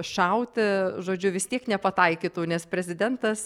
šauti žodžiu vis tiek nepataikytų nes prezidentas